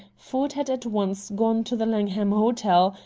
ford had at once gone to the langham hotel,